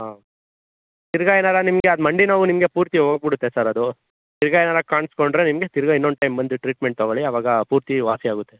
ಹಾಂ ತಿರುಗಾ ಏನಾರು ನಿಮಗೆ ಅದು ಮಂಡಿ ನೋವು ನಿಮಗೆ ಪೂರ್ತಿ ಹೋಗಿಬಿಡತ್ತೆ ಸರ್ ಅದು ತಿರಗಾ ಏನಾರು ಕಾಣಿಸ್ಕೊಂಡ್ರೆ ನಿಮಗೆ ತಿರಗಾ ಇನ್ನೊಂದು ಟೈಮ್ ಬಂದು ಟ್ರೀಟ್ಮೆಂಟ್ ತಗೊಳ್ಳಿ ಅವಾಗ ಪೂರ್ತಿ ವಾಸಿ ಆಗುತ್ತೆ